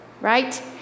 right